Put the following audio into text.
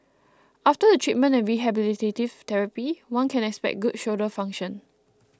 after the treatment and rehabilitative therapy one can expect good shoulder function